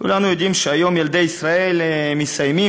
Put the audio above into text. כולנו יודעים שהיום ילדי ישראל מסיימים,